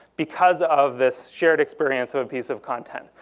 because of this shared experience of a piece of content.